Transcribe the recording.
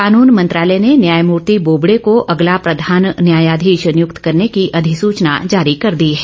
कानून मंत्रालय ने न्यायमूर्ति बोबड़े को अगला प्रधान न्यायधीश नियुक्त करने की अधिसूचना जारी कर दी है